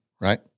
Right